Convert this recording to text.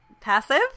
passive